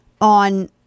on